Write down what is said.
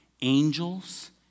angels